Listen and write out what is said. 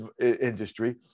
industry